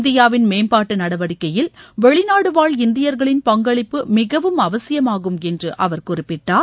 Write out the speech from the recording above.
இந்தியாவின் மேம்பாட்டு நடவடிக்கையில் வெளிநாடு வாழ் இந்தியர்களின் பங்களிப்பு மிகவும் அவசியமாகும் என்று அவர் குறிப்பிட்டார்